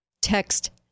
text